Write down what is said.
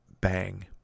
bang